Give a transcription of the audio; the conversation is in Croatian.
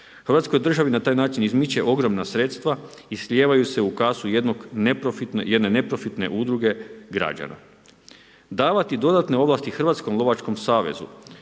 Hrvatskoj državi na taj način izmiče ogromna sredstva i slijevaju se u kasu jedne neprofitne udruge građana. Davati dodatne ovlasti Hrvatskom lovačkom savezu